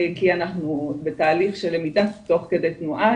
כי אנחנו בתהליך של למידה תוך כדי תנועה,